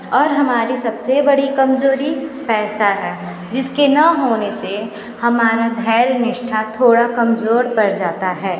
और हमारी सब से बड़ी कमज़ोरी पैसा है जिसके ना होने से हमारा धैर्य निष्ठा थोड़ा कमज़ोर पड़ जाता है